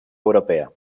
europea